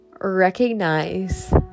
recognize